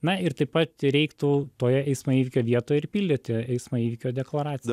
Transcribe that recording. na ir taip pat reiktų toje eismo įvykio vietoje ir pildyti eismo įvykio deklaraciją